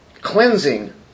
cleansing